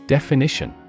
Definition